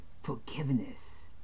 forgiveness